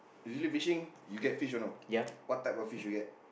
usually fishing you get fish or not what type of fish you get